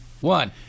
one